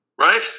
right